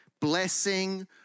blessing